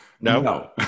No